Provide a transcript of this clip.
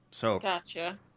Gotcha